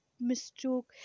mistook